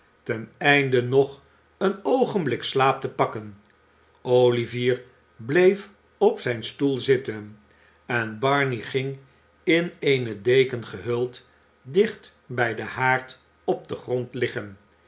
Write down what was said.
ten einde nog een oogenblik slaap te pakken olivier bleef op zijn stoel zitten en barney ging in eene deken gehuld dicht bij den haard op den grond liggen